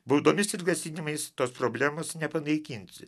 baudomis ir grasinimais tos problemos nepanaikinsi